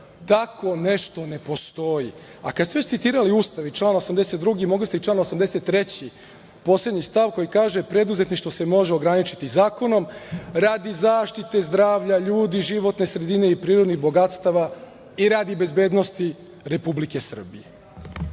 Tako nešto ne postoji. Kada ste već citirali Ustav i član 82. mogli ste i član 83. poslednji stav koji kaže – preduzetništvo se može ograničiti zakonom radi zaštite zdravlja ljudi, životne sredine i prirodnih bogatstava i radi bezbednosti Republike Srbije. Tako